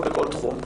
מועסקות בכל תחום.